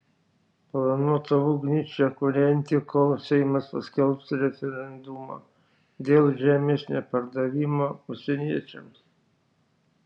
planuota ugnį čia kūrenti kol seimas paskelbs referendumą dėl žemės nepardavimo užsieniečiams